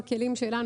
בכלים שלנו,